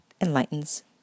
enlightens